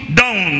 down